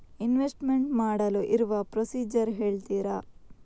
Investment ಮಾಡಲು ಇರುವ procedure ಹೇಳ್ತೀರಾ?